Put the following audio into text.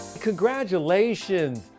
Congratulations